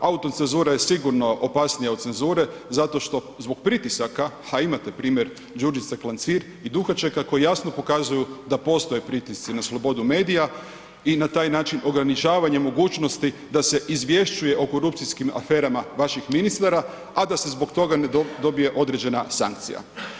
Autocenzura je sigurno opasnija od cenzure zato što zbog pritisaka, a imate primjer Đurđice Klancir i Duhačeka koji jasno pokazuju da postoje pritisci na slobodu medija i na taj način ograničavanje mogućnosti da se izvješćuje o korupcijskim aferama vaših ministara, a da se zbog toga ne dobije određena sankcija.